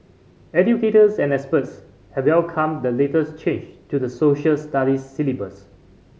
educators and experts have welcomed the latest change to the Social Studies syllabus